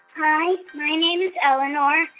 hi. my name is eleanor.